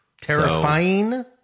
Terrifying